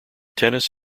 tennis